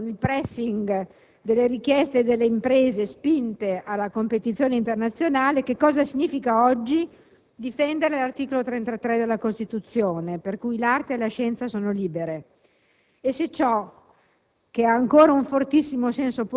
dei suoi rapporti con il mercato, con il *pressing* delle richieste delle imprese spinte alla competizione internazionale, cosa significa difendere l'articolo 33 della Costituzione, secondo cui l'arte e la scienza sono libere? Ciò